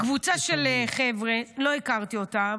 קבוצה של חבר'ה, לא הכרתי אותם,